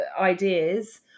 ideas